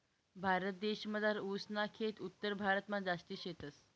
भारतदेसमझार ऊस ना खेत उत्तरभारतमा जास्ती शेतस